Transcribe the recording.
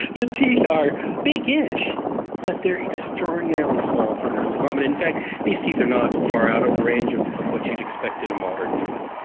the teeth are biggish but they are extraordinarily small for an early hominid. in fact these teeth are not far out of the range of of what you'd expect in a modern human.